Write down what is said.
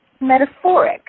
metaphoric